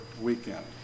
weekend